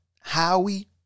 Howie